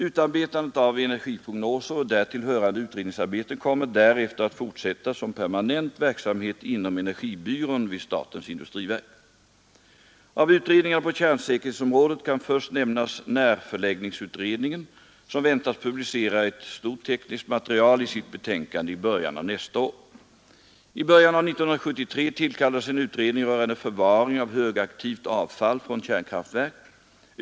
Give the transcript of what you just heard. Utarbetandet av energiprognoser och därtill hörande utredningsarbete kommer att därefter fortsätta som permanent verksamhet inom energibyrån vid statens industriverk. Av utredningarna på kärnsäkerhetsområdet kan först nämnas närförläggningsutredningen, som väntas publicera ett stort tekniskt material i sitt betänkande i början av nästa år. I början av 1973 tillkallades en utredning rörande förvaring av högaktivt avfall från kärnkraftverk.